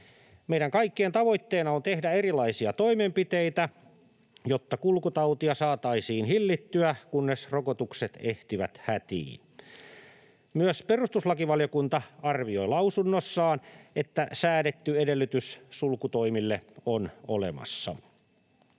Meidän kaikkien tavoitteena on tehdä erilaisia toimenpiteitä, jotta kulkutautia saataisiin hillittyä, kunnes rokotukset ehtivät hätiin. Myös perustuslakivaliokunta arvioi lausunnossaan, että säädetty edellytys sulkutoimille on olemassa.